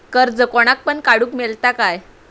कर्ज कोणाक पण काडूक मेलता काय?